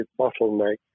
bottleneck